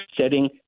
setting